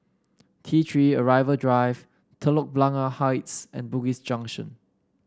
T Three Arrival Drive Telok Blangah Heights and Bugis Junction